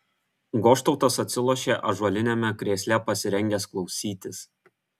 goštautas atsilošė ąžuoliniame krėsle pasirengęs klausytis